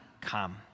come